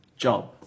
Job